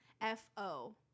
F-O